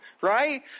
right